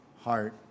heart